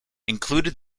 included